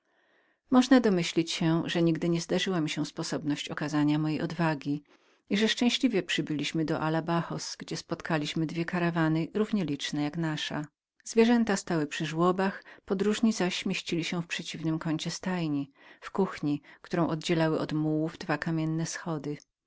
można domyślić się że nigdy nie zdarzyła mi się sposobność okazania mojej odwagi i że szczęśliwie przybyliśmy do alabahos gdzie spotkaliśmy dwie karawany równie liczne jak nasza zwierzęta stały przy żłobach podróżni zaś mieścili się w przeciwnym kącie stajni w kuchni którą oddzielały od mułów dwa kamienne wschody